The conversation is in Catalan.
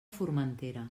formentera